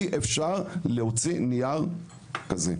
אי אפשר להוציא נייר כזה.